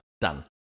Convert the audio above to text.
Done